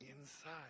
inside